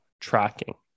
tracking